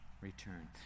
return